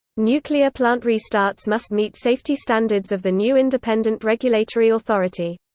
nuclear plant restarts must meet safety standards of the new independent regulatory authority.